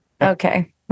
Okay